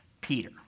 Peter